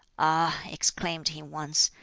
ah! exclaimed he once,